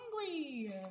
hungry